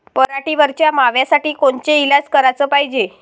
पराटीवरच्या माव्यासाठी कोनचे इलाज कराच पायजे?